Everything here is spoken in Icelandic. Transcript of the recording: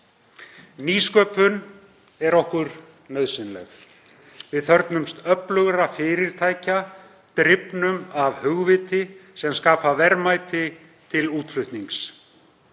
Nýsköpun er okkur nauðsynleg. Við þörfnumst öflugra fyrirtækja, drifnum af hugviti sem skapa verðmæti til útflutnings.